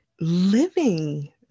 living